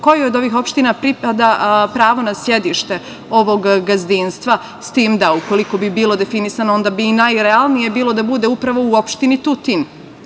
kojoj od ovih opština pripada pravo na sedište ovog gazdinstva, s tim da ukoliko bi bilo definisano, onda bi i najrealnije bilo da bude upravo u opštini Tutin.